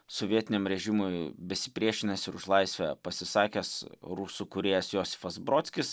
sovietiniam režimui besipriešinęs ir už laisvę pasisakęs rusų kūrėjas josifas brodskis